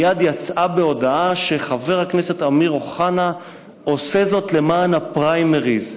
מייד יצאה בהודעה שחבר הכנסת אמיר אוחנה עושה זאת למען הפריימריז.